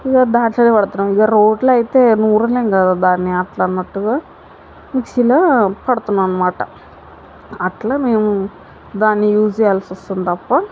ఇగ దాంట్లోనే పడుతున్నాము ఇక రోట్లో అయితే నూరలేము కదా దాన్ని అట్లన్నట్టుగా మిక్సీలో పడుతున్నాము అన్నమాట అట్లా మేము దాన్ని యూజ్ చేయాల్సి వస్తుంది తప్ప